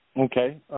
Okay